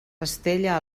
estella